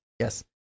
Yes